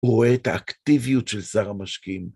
הוא רואה את האקטיביות של שר המשקים.